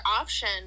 option